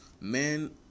men